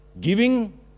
giving